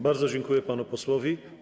Bardzo dziękuję panu posłowi.